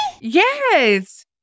Yes